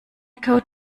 code